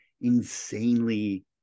insanely